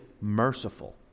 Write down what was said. merciful